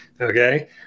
Okay